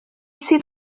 sydd